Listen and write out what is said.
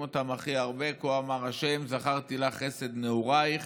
הכי הרבה הוא "כה אמר ה' זכרתי לך חסד נעוריך,